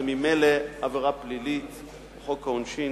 זה ממילא עבירה פלילית בחוק העונשין,